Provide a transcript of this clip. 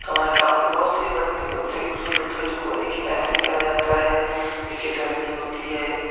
तो हमारे गाँव की बहुत से बड़े लोग थे बुजुर्ग लोग थे जो बोले कि ऐसे तैरा जाता है इससे डर नहीं होती है